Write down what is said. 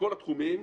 בכל התחומים,